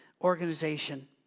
organization